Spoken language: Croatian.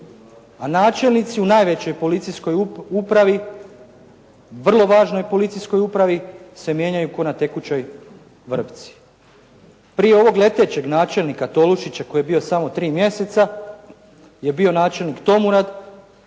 A načelnici u najvećoj policijskoj upravi, vrlo važnoj policijskoj upravi se mijenjaju ko' na tekućoj vrpci. Prije ovog letećeg načelnika Tolušića koji je bio samo tri mjeseca je bio načelnik Tomurad,